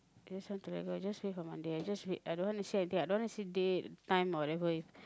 I just want to let go I just wait for Monday I just wait I don't want to see anything I don't want to see date time or whatever